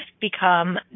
become